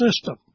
system